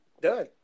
Done